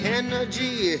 energy